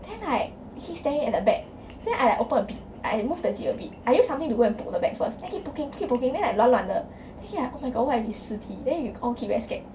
then like we keep staring at the bag then I like open a bit I moved the zip a bit I use something to go and poke the bag first then I keep poking keep poking then like 乱乱的 then keep like oh my god what if is 尸体 then we all keep very scared